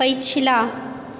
पछिला